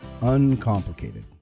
uncomplicated